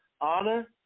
honor